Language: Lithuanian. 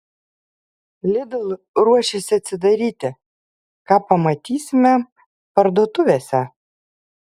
lidl ruošiasi atsidaryti ką pamatysime parduotuvėse